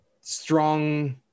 strong